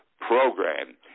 program